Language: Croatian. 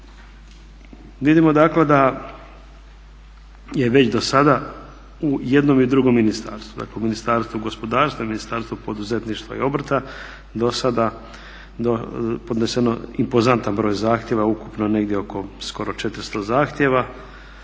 Vidimo dakle da je već dosada u jednom i drugom ministarstvu, dakle u Ministarstvu gospodarstva, u Ministarstvu poduzetništva i obrta dosada podneseno impozantan broj zahtjeva, ukupno negdje oko skoro 400 zahtjeva,